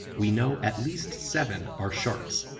we know at least seven are sharks,